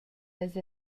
las